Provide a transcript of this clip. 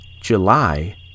July